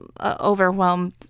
overwhelmed